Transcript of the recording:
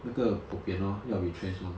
那个 bobian lor 要 retrench lor